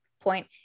point